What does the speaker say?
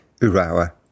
Urawa